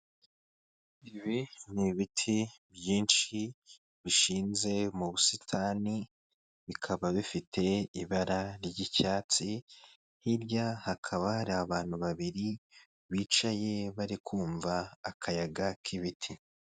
Ibi ni ibiti byinshi bishinze mu busitani bikaba bifite ibara ry'icyatsi, hirya hakaba hari abantu babiri bicaye bari kumva akayaga k'ibiti.